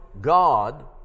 God